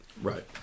Right